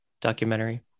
documentary